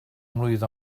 mlwydd